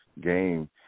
game